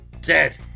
Dead